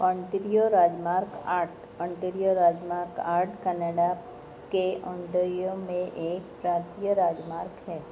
Ontario राजमार्ग आठ Ontario राजमार्ग आठ कनाडा के ओंटेरियो में एक प्रांतीय राजमार्ग है